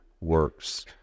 works